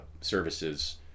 services